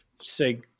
say